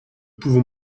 pouvons